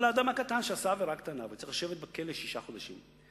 אבל האדם הקטן שעשה עבירה קטנה וצריך לשבת בכלא שישה חודשים,